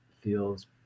feels